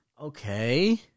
Okay